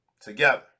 together